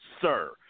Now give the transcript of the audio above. sir